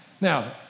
Now